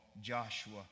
Joshua